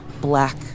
black